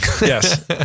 Yes